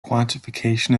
quantification